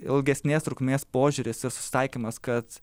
ilgesnės trukmės požiūris ir susitaikymas kad